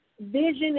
vision